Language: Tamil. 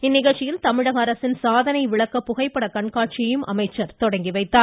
இந்நிகழ்ச்சியில் தமிழக அரசின் சாதனை விளக்க புகைப்பட கண்காட்சியையும் அமைச்சர் தொடங்கி வைத்தார்